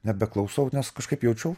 nebeklausau nes kažkaip jaučiau